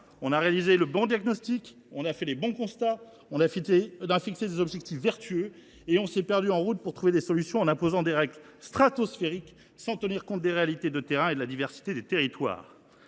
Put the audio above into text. on a fait le bon diagnostic, on a dressé les bons constats, on a fixé des objectifs vertueux, mais on s’est perdu en route pour trouver des solutions, en imposant des règles stratosphériques sans tenir de compte des réalités de terrain et de la diversité des territoires